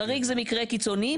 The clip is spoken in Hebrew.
חריג זה מקרה קיצוני,